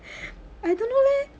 I don't know leh